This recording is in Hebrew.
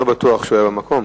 אני לא בטוח שהוא היה במקום.